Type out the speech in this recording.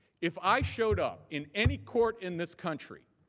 if i showed up in any court in this country